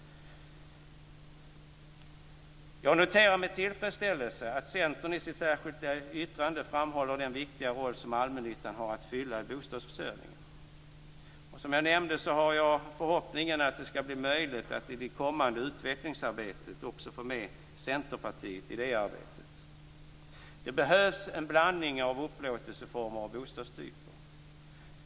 Jag noterar med tillfredsställelse att Centern i sitt särskilda yttrande framhåller den viktiga roll som allmännyttan har att fylla i bostadsförsörjningen. Som jag nämnde har jag förhoppningen att det skall bli möjligt att i det kommande utvecklingsarbetet också få med Centerpartiet. Det behövs en blandning av upplåtelseformer av bostadstyper.